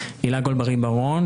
הילה גולברי בר-און,